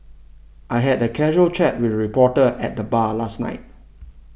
I had a casual chat with a reporter at the bar last night